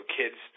kids